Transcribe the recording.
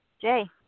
Jay